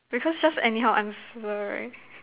because just anyhow I'm sorry